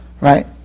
right